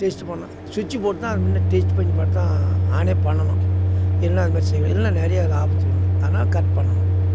test பண்ணணும் ஸ்விட்சு போட்டு தான் அது முன்ன டெஸ்ட்டு பண்ணி பார்த்து தான் ஆன் பண்ணணும் இல்லைனா அதுமாரி இல்லைனா நிறைய அதில் ஆபத்து உண்டு அதனால கட் பண்ணணும்